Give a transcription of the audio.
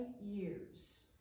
years